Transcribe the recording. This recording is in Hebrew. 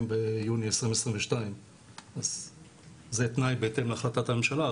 ביוני 2022. זה תנאי בהתאם להחלטת הממשלה,